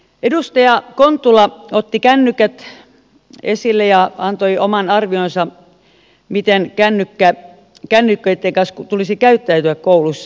edustaja kontula otti kännykät esille ja antoi oman arvionsa miten kännyköitten kanssa tulisi käyttäytyä koulussa